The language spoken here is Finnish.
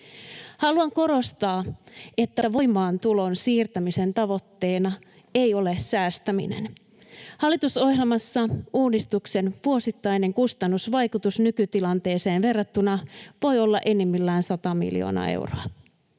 Haluan korostaa, että voimaantulon siirtämisen tavoitteena ei ole säästäminen. Hallitusohjelmassa uudistuksen vuosittainen kustannusvaikutus nykytilanteeseen verrattuna voi olla enimmillään 100 miljoonaa euroa.